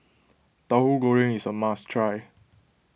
Tahu Goreng is a must try